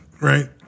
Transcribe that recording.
right